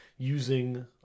using